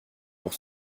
pour